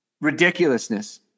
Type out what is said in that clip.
ridiculousness